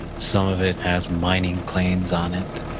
some of it as mining claims on it.